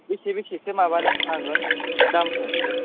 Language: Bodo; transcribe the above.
बेसे बेसेसो माबानो हागोन दामफ्रासो